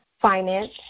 finance